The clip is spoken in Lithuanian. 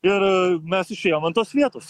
ir mes išėjom ant tos vietos